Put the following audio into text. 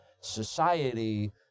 society